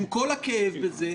עם כל הכאב הכרוך בזה,